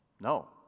no